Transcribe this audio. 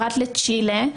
פרט לצ'ילה,